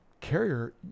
carrier